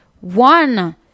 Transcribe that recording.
one